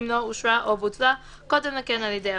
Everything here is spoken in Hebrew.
אם לא אושרה או בוטלה קודם לכן על ידי הוועדה,